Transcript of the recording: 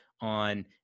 on